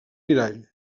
mirall